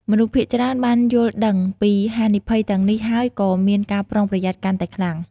មនុស្សភាគច្រើនបានយល់ដឹងពីហានិភ័យទាំងនេះហើយក៏មានការប្រុងប្រយ័ត្នកាន់តែខ្លាំង។